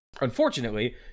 Unfortunately